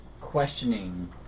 questioning